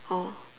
oh